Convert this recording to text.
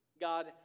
God